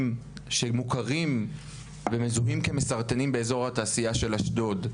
שמוכרים ומזוהים כמסרטנים באזור התעשייה של אשדוד.